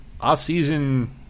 off-season